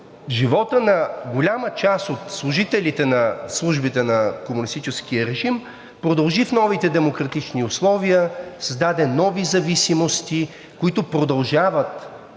Животът на голяма част от служителите на Службите на комунистическия режим продължи в новите демократични условия, създаде нови зависимости, които продължават